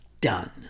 done